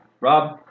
Rob